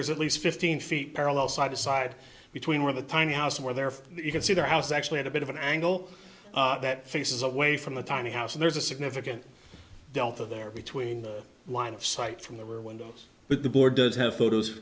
there's at least fifteen feet parallel side to side between where the tiny house where they're from you can see the house actually at a bit of an angle that faces away from the tiny house and there's a significant delta there between the line of sight from the windows but the board does have photos